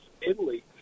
Italy